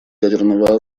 ядерного